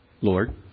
Lord